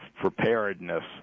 preparedness